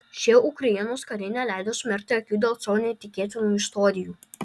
šie ukrainos kariai neleido sumerkti akių dėl savo neįtikėtinų istorijų